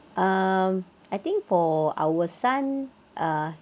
um I think for our son uh